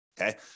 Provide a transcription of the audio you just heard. Okay